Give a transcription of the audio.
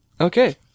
Okay